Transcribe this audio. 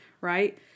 right